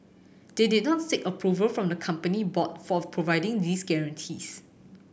they did not seek approval from the company board for providing these guarantees